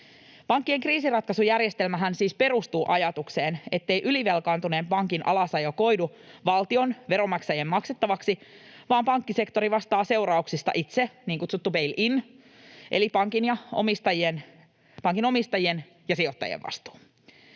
Pankkien kriisinratkaisujärjestelmähän siis perustuu ajatukseen, ettei ylivelkaantuneen pankin alasajo koidu valtion veronmaksajien maksettavaksi vaan pankkisektori vastaa seurauksista itse — niin kutsuttu bail-in eli pankin omistajien ja sijoittajien vastuu.